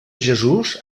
jesús